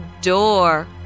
door